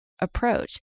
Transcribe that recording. approach